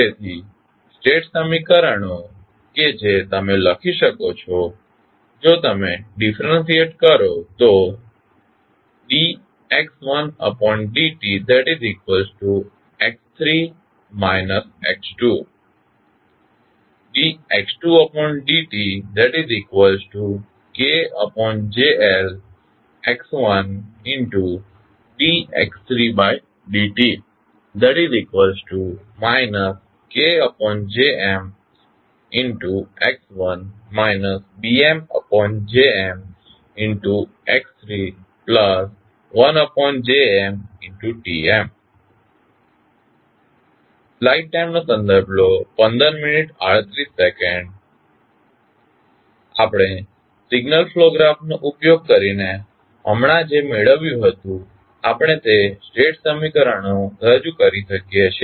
તેથી સ્ટેટ સમીકરણો કે જે તમે લખી શકો છો જો તમે ડીફરંશીએટ કરો તો d x1d tx3t x2 d x2td tKJLx1td x3d t KJmx1t BmJmx3t1JmTm આપણે સિગ્નલ ફ્લો ગ્રાફનો ઉપયોગ કરીને હમણાં જે મેળવ્યુ હતું આપણે તે સ્ટેટ સમીકરણો રજૂ કરી શકીએ છીએ